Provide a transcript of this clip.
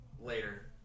later